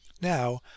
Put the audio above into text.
Now